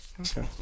Okay